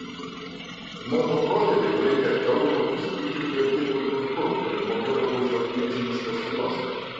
mano protėviai laikė eunuchus itin vertingu turtu ir mokėdavo už juos milžiniškas sumas